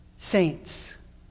saints